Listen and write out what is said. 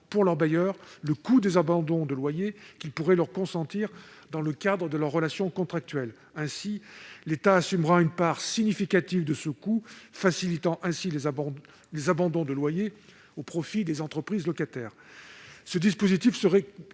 pour leurs bailleurs des abandons de loyers que ces derniers pourraient leur consentir dans le cadre de leur relation contractuelle. Ainsi l'État assumera-t-il une part significative de ce coût, facilitant les abandons de loyers au profit des entreprises locataires.